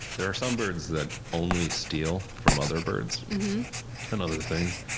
there are some birds that only steal from other birds and other things.